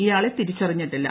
ഇയാളെ തിരിച്ചറിഞ്ഞിട്ടില്ല